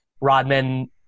Rodman